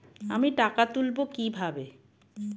আমি টাকা তুলবো কি ভাবে?